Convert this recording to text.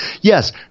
Yes